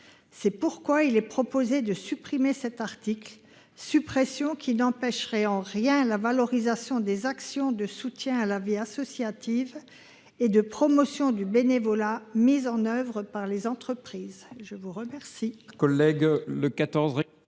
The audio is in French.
C’est pourquoi il est proposé de supprimer cet article. Cette suppression n’empêcherait en rien la valorisation des actions de soutien à la vie associative et de promotion du bénévolat mises en œuvre par les entreprises. La parole